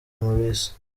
mulisa